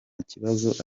kibazo